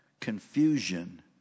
confusion